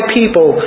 people